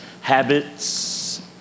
habits